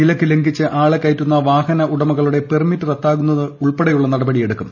വിലക്ക് ലംഘിച്ച് ആളെ കയറ്റുന്ന വാഹന ഉടമകളുടെ പെർമിറ്റ് റദ്ദാക്കുന്നത് ഉൾപ്പെടെയുള്ള നടപടിയെടുക്കും